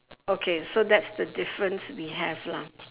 okay so that's the difference we have lah